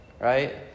Right